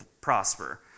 prosper